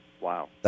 Wow